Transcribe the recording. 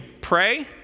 Pray